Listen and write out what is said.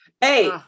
Hey